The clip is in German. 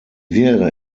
wäre